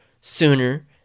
sooner